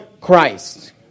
Christ